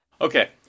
Okay